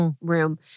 room